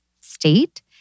state